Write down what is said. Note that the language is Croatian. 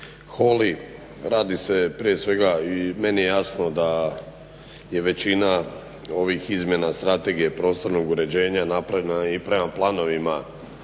Holy. Radi se prije svega i meni je jasno da je većina ovih izmjena Strategije prostornog uređenja napravljena i prema planovima